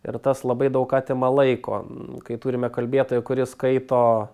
ir tas labai daug atima laiko kai turime kalbėtoją kuris skaito